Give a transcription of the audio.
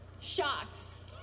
Shocks